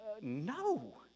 No